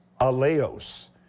aleos